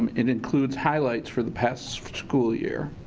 um it includes highlights for the past school year.